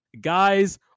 guys